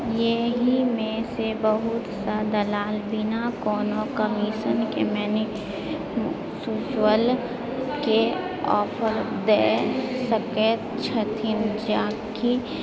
एहिमेसँ बहुत रास दलाल बिना कोनो कमीशनके म्यूचुअलके ऑफर दऽ सकैत छथिन जाहि